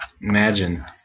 Imagine